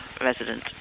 resident